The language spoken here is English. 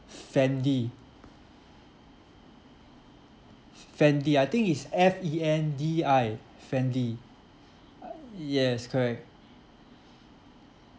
fendi fendi I think is f e n d i fendi yes correct